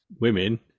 women